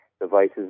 devices